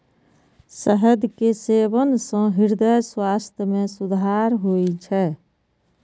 शहद के सेवन सं हृदय स्वास्थ्य मे सुधार होइ छै